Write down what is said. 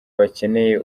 bakeneye